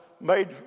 made